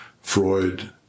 Freud